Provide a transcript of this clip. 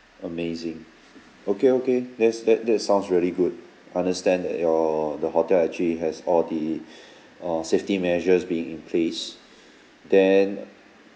amazing okay okay that's that that sounds really good understand that your the hotel actually has all the uh safety measures being in place then